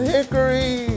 Hickory